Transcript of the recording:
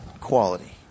quality